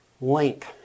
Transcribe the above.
link